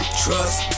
trust